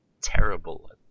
terrible